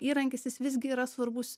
įrankis jis visgi yra svarbus